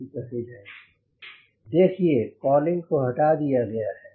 Refer Time 1557 see the cowlings have been removed देखिये cowling को हटा दिया गया है